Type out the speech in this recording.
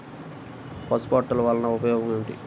పసుపు అట్టలు వలన ఉపయోగం ఏమిటి?